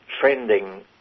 trending